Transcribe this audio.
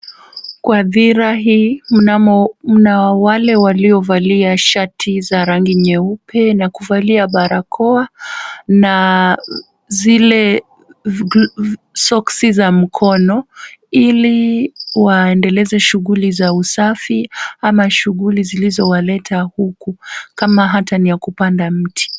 Kwa hadhira hii mnamo mnao wale waliovalia shati za rangi nyeupe na kuvalia barakoa na zile soksi za mkono ili waendeleze shuguli za usafi ama shuguli zilizowaleta huku kama hata ni ya kupanda mti .